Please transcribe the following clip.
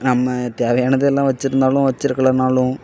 நம்ம தேவையானதெல்லாம் வைச்சுருந்தாலும் வைச்சுருக்கலன்னாலும்